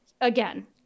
again